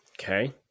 Okay